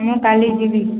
ମୁଁ କାଲି ଯିବି